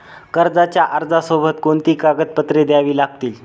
कर्जाच्या अर्जासोबत कोणती कागदपत्रे द्यावी लागतील?